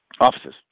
Offices